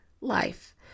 life